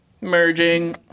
merging